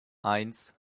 eins